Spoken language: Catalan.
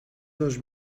dos